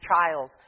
trials